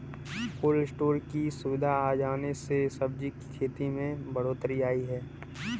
cold storage की सुविधा आ जाने से सब्जी की खेती में बढ़ोत्तरी आई है